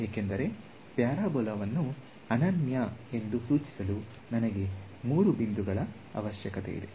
ಏಕೆಂದರೆ ಪ್ಯಾರಾಬೋಲಾ ವನ್ನು ಅನನ್ಯ ಎಂದು ಸೂಚಿಸಲು ನನಗೆ ಮೂರು ಬಿಂದುಗಳ ಅವಶ್ಯಕತೆ ಇದೆ